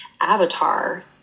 avatar